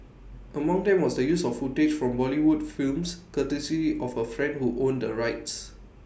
among them was the use of footage from Bollywood films courtesy of A friend who owned the rights